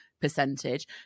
percentage